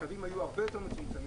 הקווים היו הרבה יותר מצומצמים,